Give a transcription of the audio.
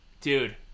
dude